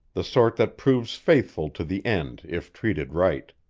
the sort that proves faithful to the end if treated right.